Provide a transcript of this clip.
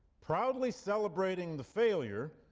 proudly celebrating the failure,